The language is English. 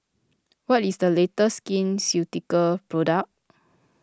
what is the latest Skin Ceutical product